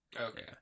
okay